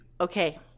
Okay